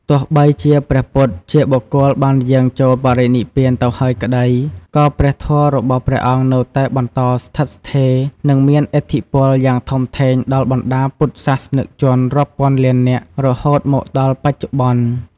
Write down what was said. ទោះបីជាព្រះពុទ្ធជាបុគ្គលបានយាងចូលបរិនិព្វានទៅហើយក្តី ក៏ព្រះធម៌របស់ព្រះអង្គនៅតែបន្តស្ថិតស្ថេរ និងមានឥទ្ធិពលយ៉ាងធំធេងដល់បណ្ដាពុទ្ធសាសនិកជនរាប់ពាន់លាននាក់រហូតមកដល់បច្ចុប្បន្ន។